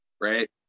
right